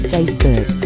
Facebook